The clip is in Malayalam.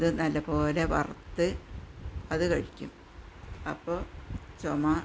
അത് നല്ല പോലെ വറുത്ത് അത് കഴിക്കും അപ്പോൾ ചുമ